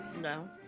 No